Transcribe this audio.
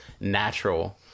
natural